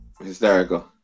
Hysterical